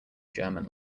german